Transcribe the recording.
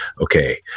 okay